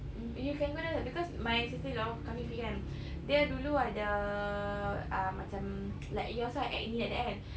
mm you can go there lah because my sister-in-law kamifie kan dia dulu ada ah macam like yours ah acne like that kan